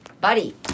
Buddy